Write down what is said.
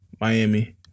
Miami